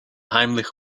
heimlich